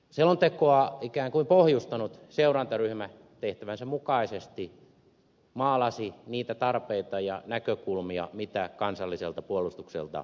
selontekoa ikään kuin pohjustanut seurantaryhmä tehtävänsä mukaisesti maalasi niitä tarpeita ja näkökulmia mitä kansalliselta puolustukselta edellytetään